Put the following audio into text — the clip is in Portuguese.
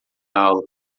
aula